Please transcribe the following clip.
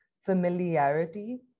familiarity